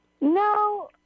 No